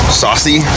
saucy